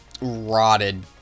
rotted